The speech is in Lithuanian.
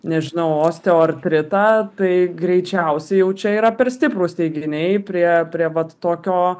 nežinau osteoartritą tai greičiausiai jau čia yra per stiprūs teiginiai prie prie vat tokio